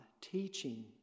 teaching